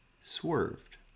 swerved